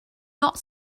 not